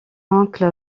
oncle